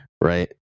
Right